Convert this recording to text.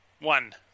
One